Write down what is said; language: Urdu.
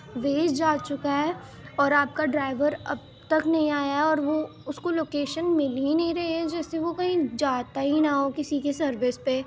ویسٹ جا چکا ہے اور آپ کا ڈرائیور اب تک نہیں آیا ہے اور وہ اس کو لوکیشن مل ہی نہیں رہی ہے جیسے وہ کہیں جاتا ہی نہ ہو کسی کے سروس پہ